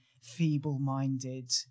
feeble-minded